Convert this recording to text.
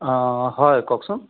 অঁ হয় কওকচোন